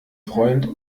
freund